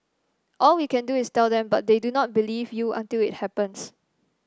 all we can do is tell them but they do not believe you until it happens